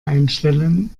einstellen